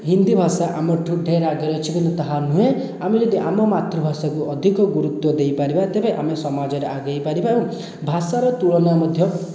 ହିନ୍ଦୀ ଭାଷା ଆମ ଠାରୁ ଢ଼େର ଆଗରେ ଅଛି ବୋଲି ତାହା ନୁହେଁ ଆମେ ଯଦି ଆମ ମାତୃଭାଷାକୁ ଅଧିକ ଗୁରୁତ୍ୱ ଦେଇପାରିବା ତେବେ ଆମେ ସମାଜରେ ଆଗେଇ ପାରିବା ଭାଷାର ତୁଳନା ମଧ୍ୟ